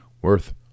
worth